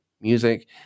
music